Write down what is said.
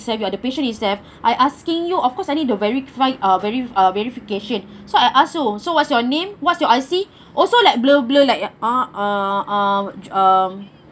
it's like the patient is there I asking you of course I need to verify uh veri~ uh verification so I ask you so what's your name what's your I_C also like blur blur like ah ah ah um